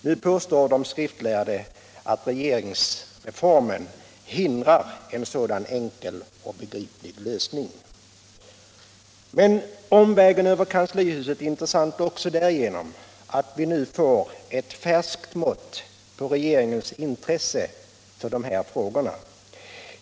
Nu påstår de skriftlärde att regeringsformen hindrar en sådan enkel och begriplig lösning. Omvägen över kanslihuset är intressant därigenom att vi nu får ett mått på regeringens intresse för de här frågorna.